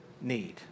need